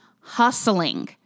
hustling